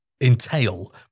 entail